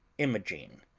imogen.